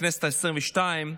בכנסת העשרים-ושתיים,